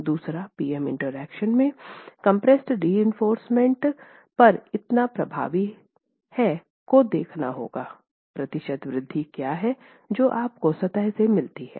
दूसरे P M interaction में compression reinforcement पर कितना प्रभावी है को देखना होगा प्रतिशत वृद्धि क्या है जो आपको सतह में ही मिलती है